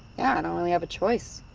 yeah, i don't really have a choice.